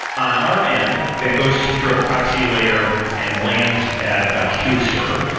on our end, that goes through a proxy layer and lands at a queue server.